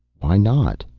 why not?